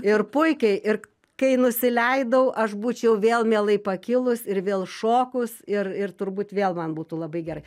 ir puikiai ir kai nusileidau aš būčiau vėl mielai pakilus ir vėl šokus ir ir turbūt vėl man būtų labai gerai